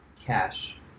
cash